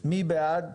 מי בעד?